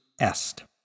est